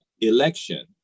election